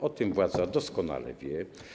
O tym władza doskonale wie.